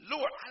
Lord